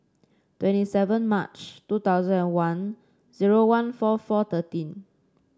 twenty seven March two thousand and one zero one four four thirteen